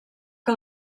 que